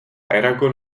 eragon